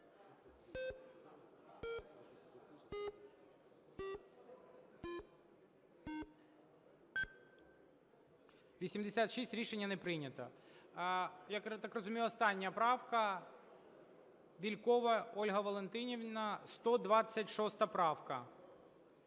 За-86 Рішення не прийнято. Я так розумію, остання правка, Бєлькова Ольга Валентинівна, 126 правка.